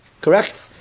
Correct